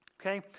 Okay